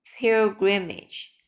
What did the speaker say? pilgrimage